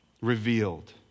revealed